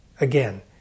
Again